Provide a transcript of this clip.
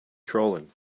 trolling